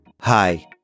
Hi